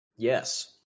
Yes